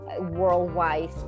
worldwide